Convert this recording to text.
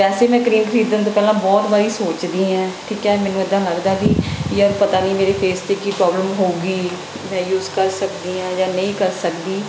ਵੈਸੇ ਮੈਂ ਕਰੀਮ ਖਰੀਦਣ ਤੋਂ ਪਹਿਲਾਂ ਬਹੁਤ ਵਾਰੀ ਸੋਚਦੀ ਹਾਂ ਠੀਕ ਹੈ ਮੈਨੂੰ ਇੱਦਾਂ ਲੱਗਦਾ ਵੀ ਯਾਰ ਪਤਾ ਨਹੀਂ ਮੇਰੇ ਫੇਸ 'ਤੇ ਕੀ ਪ੍ਰੋਬਲਮ ਹੋਊਗੀ ਮੈਂ ਯੂਜ਼ ਕਰ ਸਕਦੀ ਹਾਂ ਜਾਂ ਨਹੀਂ ਕਰ ਸਕਦੀ